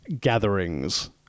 gatherings